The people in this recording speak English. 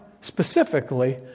specifically